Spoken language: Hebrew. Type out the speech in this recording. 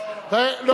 אוווו.